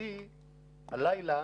לשמחתי הלילה